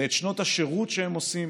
זה את שנות השירות שהם עושים